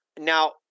Now